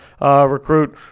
recruit